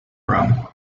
from